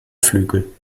flügel